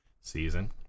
season